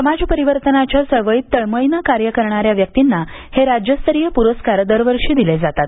समाज परिवर्तनाच्या चळवळीत तळमळीनं कार्य करणाऱ्या व्यक्तींना हे राज्यस्तरीय पुरस्कार दरवर्षी दिले जातात